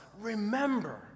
Remember